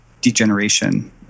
degeneration